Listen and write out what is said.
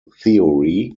theory